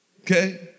okay